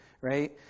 right